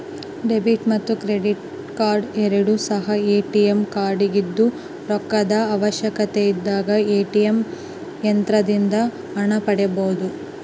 debit ಮತ್ತು credit card ಎರಡು ಸಹ ಎ.ಟಿ.ಎಂ ಕಾರ್ಡಾಗಿದ್ದು ರೊಕ್ಕದ ಅವಶ್ಯಕತೆಯಿದ್ದಾಗ ಎ.ಟಿ.ಎಂ ಯಂತ್ರದಿಂದ ಹಣ ಪಡೆಯಬೊದು